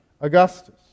Augustus